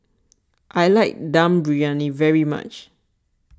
I like Dum Briyani very much